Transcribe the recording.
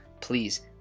please